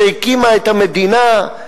שהקימה את המדינה,